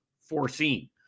foreseen